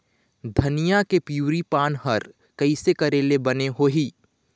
धनिया के पिवरी पान हर कइसे करेले बने होही?